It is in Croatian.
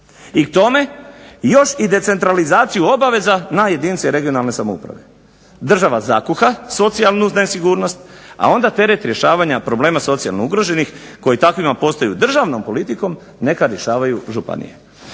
i k tome još i decentralizaciju obaveza na jedinice regionalne samouprave. Država zakuha socijalnu nesigurnost, a onda teret rješavanja problema socijalno ugroženih koji takvima postaju državnom politikom neka rješavaju županije.